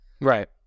right